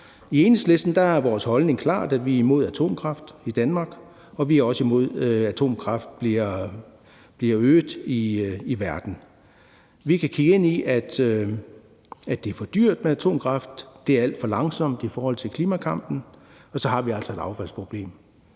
I Enhedslisten er vores holdning klart, at vi er imod atomkraft i Danmark, og vi er også imod, at atomkraft bliver øget i verden. Vi kan kigge ind i, at det er for dyrt med atomkraft, og at det er alt for langsomt i forhold til klimakampen, og så har vi altså også et affaldsproblem.